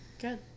good